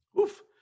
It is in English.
Oof